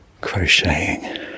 crocheting